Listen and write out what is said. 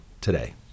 today